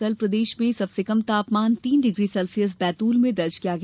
कल प्रदेश में सबसे कम तापमान तीन डिग्री सेल्सियस बैतूल में दर्ज किया गया